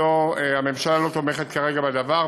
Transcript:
הממשלה לא תומכת כרגע בדבר,